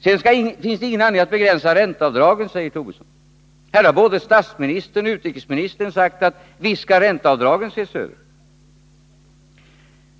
Sedan finns det ingen anledning att begränsa ränteavdragen, säger herr Tobisson. Men här har både statsministern och utrikesministern sagt: Visst skall ränteavdragen ses över. Lars